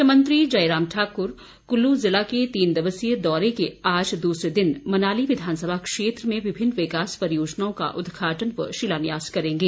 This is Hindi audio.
मुख्यमंत्री जयराम ठाकुर कुल्लु जिले के तीन दिवसीय दौरे के आज दूसरे दिन मनाली विधानसभा क्षेत्र में विभिन्न विकास परियोजनाओं के उदघाटन व शिलान्यास करेंगे